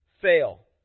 fail